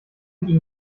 ihnen